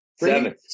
Seven